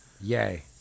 Yay